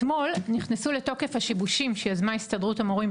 אתמול נכנסו לתוקף השיבושים שיזמה הסתדרות המורים,